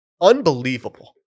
unbelievable